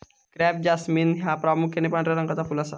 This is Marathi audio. क्रॅप जास्मिन ह्या प्रामुख्यान पांढऱ्या रंगाचा फुल असा